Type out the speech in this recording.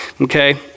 okay